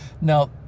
Now